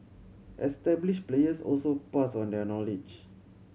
established players also pass on their knowledge